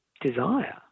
desire